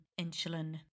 insulin